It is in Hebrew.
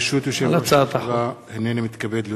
ברשות יושב-ראש הישיבה, הנני מתכבד להודיעכם,